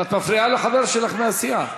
את מפריעה לחבר שלך מהסיעה.